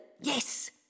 Yes